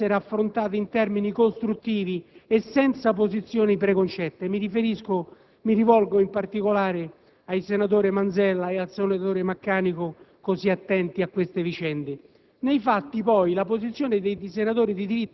La questione non è secondaria e dovrebbe essere affrontata in termini costruttivi e senza posizioni preconcette. Mi rivolgo in particolare ai senatori Manzella e Maccanico, così attenti a tali vicende.